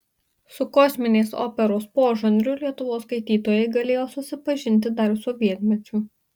su kosminės operos požanriu lietuvos skaitytojai galėjo susipažinti dar sovietmečiu